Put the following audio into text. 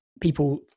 people